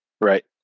Right